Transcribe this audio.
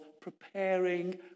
preparing